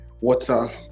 water